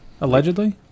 allegedly